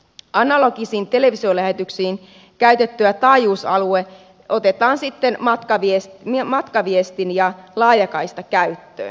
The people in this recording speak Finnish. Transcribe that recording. analogisiin televisiolähetyksiin käytetty taajuusalue otetaan sitten matkaviestin ja laajakaistakäyttöön